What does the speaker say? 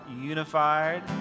unified